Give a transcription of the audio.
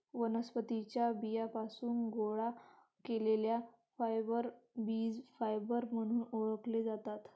वनस्पतीं च्या बियांपासून गोळा केलेले फायबर बीज फायबर म्हणून ओळखले जातात